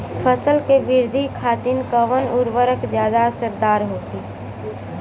फसल के वृद्धि खातिन कवन उर्वरक ज्यादा असरदार होखि?